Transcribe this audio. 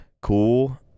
cool